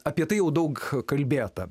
apie tai jau daug kalbėta